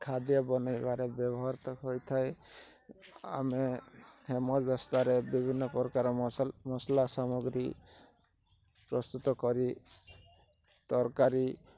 ଖାଦ୍ୟ ବନାଇବାରେ ବ୍ୟବହୃତ ହୋଇଥାଏ ଆମେ ହେମଦସ୍ତାରେ ବିଭିନ୍ନ ପ୍ରକାର ମସଲା ସାମଗ୍ରୀ ପ୍ରସ୍ତୁତ କରି ତରକାରୀ